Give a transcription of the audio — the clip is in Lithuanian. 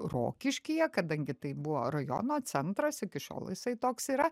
rokiškyje kadangi tai buvo rajono centras iki šiol jisai toks yra